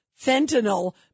fentanyl